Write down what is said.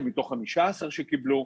בטח מתוך מקום של